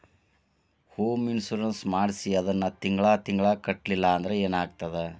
Home insurance ಮಾಡ್ಸಿ ಅದನ್ನ ತಿಂಗ್ಳಾ ತಿಂಗ್ಳಾ ಕಟ್ಲಿಲ್ಲಾಂದ್ರ ಏನಾಗ್ತದ?